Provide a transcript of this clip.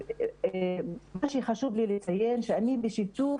מה שחשוב לי לציין הוא שאני בשיתוף